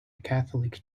catholic